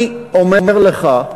אני אומר לך,